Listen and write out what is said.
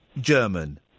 German